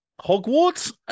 Hogwarts